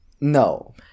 No